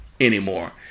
anymore